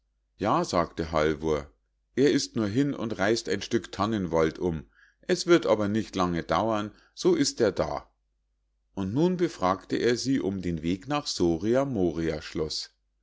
ja sagte halvor er ist nur hin und reißt ein stück tannenwald um es wird aber nicht lange dauern so ist er da und nun befragte er sie um den weg nach